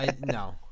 No